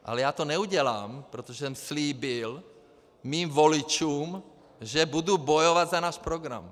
Ale já to neudělám, protože jsem slíbil svým voličům, že budu bojovat za náš program.